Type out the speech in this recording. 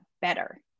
better